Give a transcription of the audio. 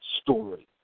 story